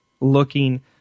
looking